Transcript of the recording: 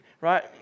right